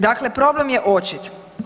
Dakle, problem je očiti.